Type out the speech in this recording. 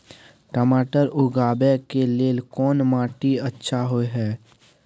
टमाटर उगाबै के लेल कोन माटी अच्छा होय है?